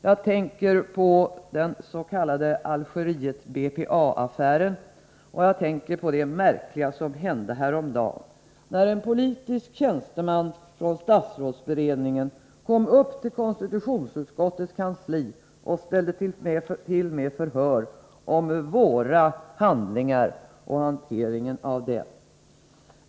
Jag tänker på den s.k. Algeriet-BPA-affären samt det märkliga som hände häromdagen, när en politisk tjänsteman från statsrådsberedningen kom upp till konstitutionsutskottets kansli och ställde till med förhör om våra handlingar och hanteringen av dem.